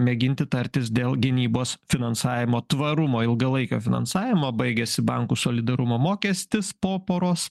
mėginti tartis dėl gynybos finansavimo tvarumo ilgalaikio finansavimo baigėsi bankų solidarumo mokestis po poros